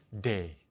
day